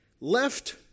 left